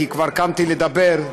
כי כבר קמתי לדבר,